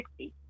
60